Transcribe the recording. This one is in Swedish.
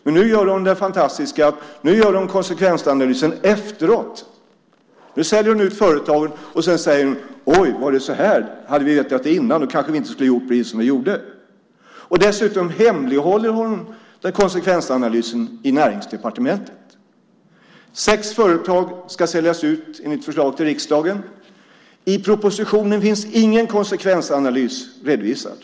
Men nu gör hon det fantastiska att konsekvensanalysen görs efteråt . Nu säljer hon ut företagen. Sedan säger hon: Oj, var det så här? Hade vi vetat det innan hade vi kanske inte gjort precis så som vi gjorde. Dessutom hemlighåller hon konsekvensanalysen i Näringsdepartementet. Sex företag ska enligt förslag till riksdagen säljas ut. I propositionen finns ingen konsekvensanalys redovisad.